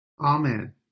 Amen